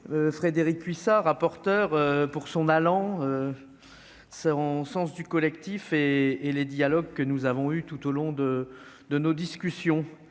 Frédérique Puissat, rapporteure pour son allant, son sens du collectif et et les dialogues que nous avons eu tout au long de de nos discussions